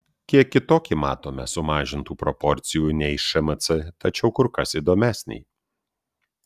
kiek kitokį matome sumažintų proporcijų nei šmc tačiau kur kas įdomesnį